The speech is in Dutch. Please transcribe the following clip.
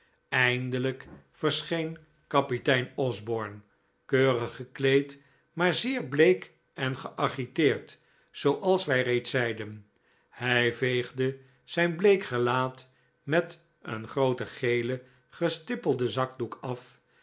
eindelijk verscheen kapitein osborne keurig gekleed maar zeer bleek en geagiteerd zooals wij reeds zeiden hij veegde zijn bleek gelaat met een grooten gelen gestippelden zakdoek af